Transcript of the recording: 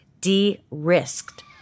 de-risked